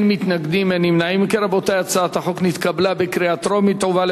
התשע"ב 2012,